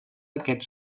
aquests